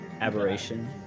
Aberration